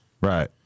Right